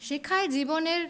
শেখায় জীবনের